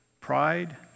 pride